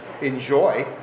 enjoy